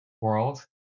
world